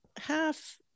half-